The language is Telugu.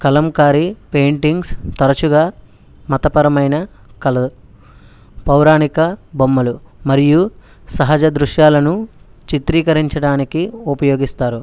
కలంకారీ పెయింటింగ్స్ తరచుగా మతపరమైన కళ పౌరాణిక బొమ్మలు మరియు సహజ దృశ్యాలను చిత్రీకరించడానికి ఉపయోగిస్తారు